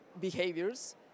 behaviors